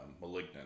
Malignant